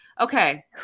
Okay